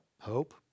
Hope